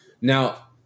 now